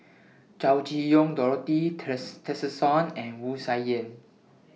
Chow Chee Yong Dorothy Tessensohn and Wu Tsai Yen